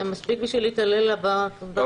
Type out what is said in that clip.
זה מספיק בשביל להתעלל באזרחים.